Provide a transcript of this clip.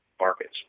markets